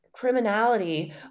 criminality